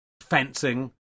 fencing